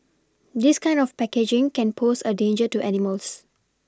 this kind of packaging can pose a danger to animals